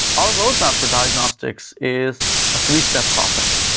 our roadmap for diagnostics is a three-step process.